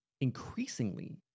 increasingly